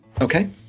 Okay